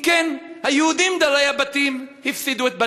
אם כן, היהודים דרי הבתים הפסידו את בתיהם,